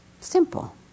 Simple